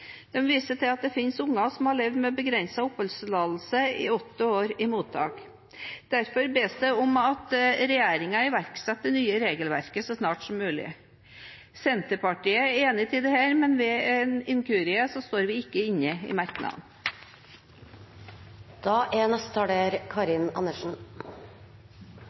viser til at det finnes barn som har levd med begrenset oppholdstillatelse i åtte år i mottak. Derfor bes det om at regjeringen iverksetter det nye regelverket så snart som mulig. Senterpartiet er enig i dette, men ved en inkurie står vi ikke inne i merknaden. Dette er